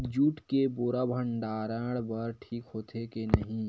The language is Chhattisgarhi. जूट के बोरा भंडारण बर ठीक होथे के नहीं?